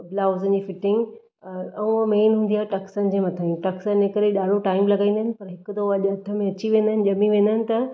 ब्लाऊज़नि जी फिटिंग ऐं हो मेन हूंदी आहे टक्सनि जे मथाईं टक्स हिन करे ॾाढो टाइम लॻाईंदा आहिनि पर हिकु दफ़ो अॼु हथ में अची वेंदा आहिनि जंहिं में वेंदा आहिनि त